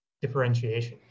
differentiation